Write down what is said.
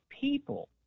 people